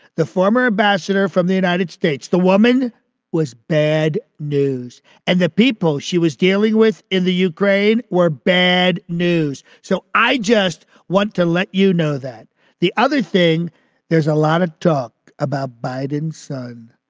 the former ambassador from the united states, the woman was bad news and the people she was dealing with in the ukraine where bad news. so i just want to let you know that the other thing there's a lot of talk about biden's son,